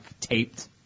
taped